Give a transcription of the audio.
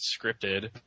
scripted